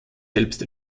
selbst